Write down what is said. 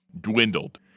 dwindled